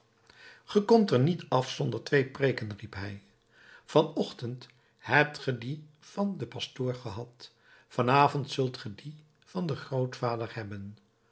ge komt er niet af zonder twee preeken riep hij van ochtend hebt ge die van den pastoor gehad van avond zult ge die van den grootvader hebben